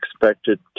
expected